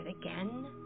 again